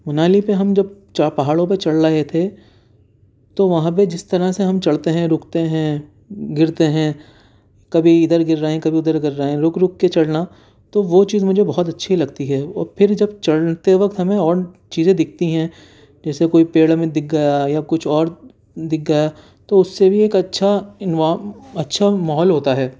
منالی پہ ہم جب پہاڑوں پہ چڑھ رہے تھے تو وہاں پہ جس طرح سے ہم چڑھتے ہیں رکتے ہیں گرتے ہیں کبھی ادھر گر رہے ہیں کبھی ادھر گر رہے ہیں رک رک کے چڑھنا تو وہ چیز مجھے بہت اچھی لگتی ہے اور پھر جب چڑھتے وقت ہمیں اور چیزیں دکھتی ہیں جیسے کوئی پیڑ ہمیں دکھ گیا یا کچھ اور دکھ گیا تو اس سے بھی ایک اچھا انوارم اچھا ماحول ہوتا ہے